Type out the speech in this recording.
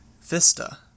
Vista